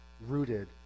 rooted